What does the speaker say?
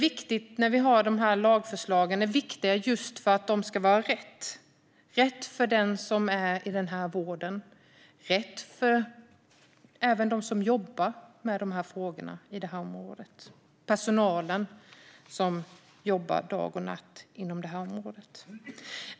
Lagförslagen vi har nu är viktiga för att det ska bli rätt - rätt för den som är i den här vården och rätt för dem som jobbar med de här frågorna, för personalen som jobbar dag och natt inom det här området.